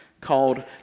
called